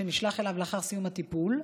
שנשלח אליו לאחר סיום הטיפול.